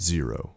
Zero